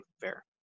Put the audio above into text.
fair